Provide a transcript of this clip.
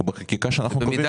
בחקיקה שאנחנו קובעים.